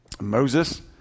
Moses